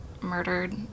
murdered